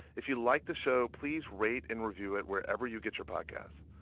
if you like the show, please rate and review it wherever you get your podcasts.